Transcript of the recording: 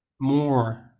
more